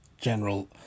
General